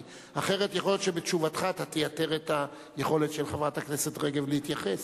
אחרת יכול להיות שבתשובתך תייתר את היכולת של חברת הכנסת רגב להתייחס.